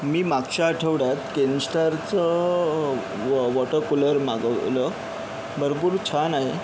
मी मागच्या आठवड्यात केनस्टारचं व व वॉटर कूलर मागवलं भरपूर छान आहे